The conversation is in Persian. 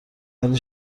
ولی